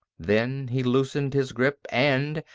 then he loosened his grip and,